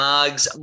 Mugs